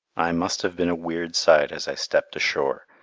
i must have been a weird sight as i stepped ashore,